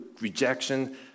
rejection